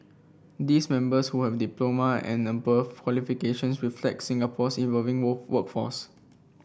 these members who have diploma and above qualifications reflect Singapore's evolving work workforce